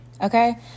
okay